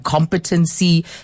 competency